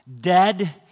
dead